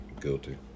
guilty